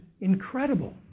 Incredible